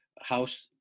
house